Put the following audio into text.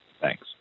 Thanks